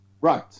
Right